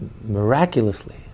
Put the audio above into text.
miraculously